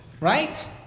Right